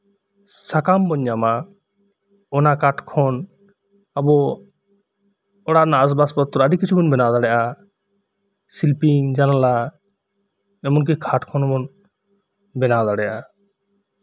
ᱥᱟᱠᱟᱢ ᱵᱚᱱ ᱧᱟᱢᱟ ᱚᱱᱟ ᱠᱟᱴᱷ ᱠᱷᱚᱱ ᱟᱵᱚ ᱚᱲᱟᱜ ᱨᱮᱱᱟᱜ ᱟᱥᱵᱟᱵ ᱯᱚᱛᱨᱚ ᱟᱹᱰᱤ ᱠᱤᱪᱷᱩ ᱵᱚᱱ ᱵᱮᱱᱟᱣ ᱫᱟᱲᱮᱭᱟᱜᱼᱟ ᱥᱤᱞᱯᱤᱧ ᱡᱟᱱᱟᱞᱟ ᱮᱢᱚᱱᱠᱤ ᱠᱷᱟᱴ ᱠᱚᱦᱚᱸ ᱵᱚᱱ ᱮᱱᱟᱣ ᱫᱟᱲᱮᱭᱟᱜᱼᱟ